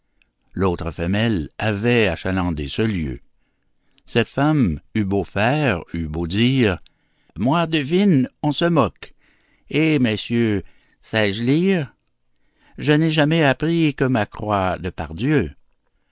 l'autre femelle avait achalandé ce lieu cette dernière femme eut beau faire eut beau dire moi devine on se moque eh messieurs sais-je lire je n'ai jamais appris que ma croix de